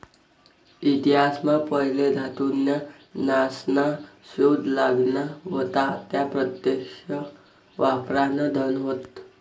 इतिहास मा पहिले धातू न्या नासना शोध लागना व्हता त्या प्रत्यक्ष वापरान धन होत